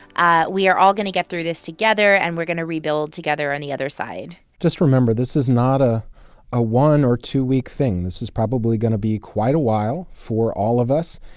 ah we are all going to get through this together. and we're going to rebuild together on the other side just remember this is not ah a one or two-week thing. this is probably going to be quite a while for all of us.